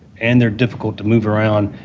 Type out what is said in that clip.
and they're difficult to move around,